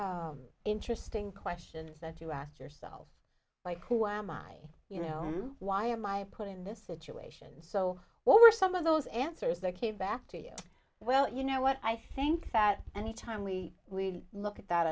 really interesting questions that you asked yourself like who am i you know why am i put in this situation so what were some of those answers that came back to you well you know what i think that anytime we really look at that